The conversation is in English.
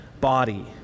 body